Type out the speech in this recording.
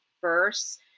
first